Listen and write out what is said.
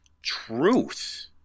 truth